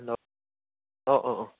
hello ꯑꯣ ꯑꯣ ꯑꯣ